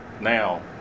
now